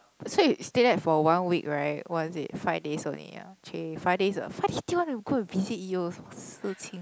so you stayed there for one week right what is it five days only ah chey five days ah five days they want to go visit you also